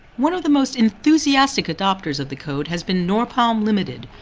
one of the most enthusiastic adopters of the code has been norpalm, ltd.